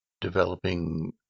developing